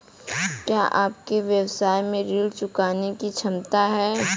क्या आपके व्यवसाय में ऋण चुकाने की क्षमता है?